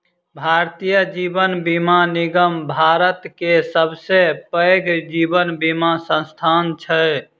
भारतीय जीवन बीमा निगम भारत के सबसे पैघ जीवन बीमा संस्थान छै